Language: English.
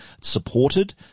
supported